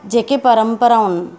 जेकी परंपराऊं